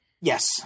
Yes